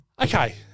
Okay